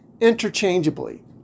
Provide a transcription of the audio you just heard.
interchangeably